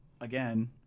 again